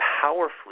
Powerfully